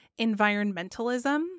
Environmentalism